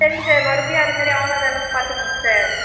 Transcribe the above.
சரிங்க சார் மறுபடியும் அது மாதிரி ஆகாத அளவுக்கு பார்த்துக்கங்க சார்